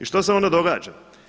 I što se onda događa?